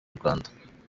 rwanda